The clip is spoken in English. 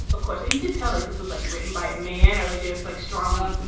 of course, and you could tell like this was like written by a man or like this, like stronger,